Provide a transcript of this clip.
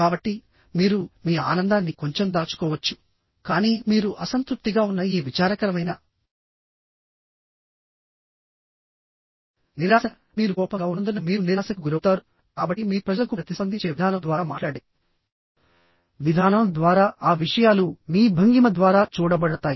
కాబట్టిమీరు మీ ఆనందాన్ని కొంచెం దాచుకోవచ్చుకానీ మీరు అసంతృప్తిగా ఉన్న ఈ విచారకరమైన నిరాశ మీరు కోపంగా ఉన్నందున మీరు నిరాశకు గురవుతారు కాబట్టి మీరు ప్రజలకు ప్రతిస్పందించే విధానం ద్వారా మాట్లాడే విధానం ద్వారా ఆ విషయాలు మీ భంగిమ ద్వారా చూడబడతాయి